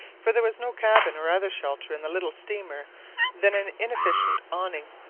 for there was no cabin or other shelter in the little steamer than an inefficient awning.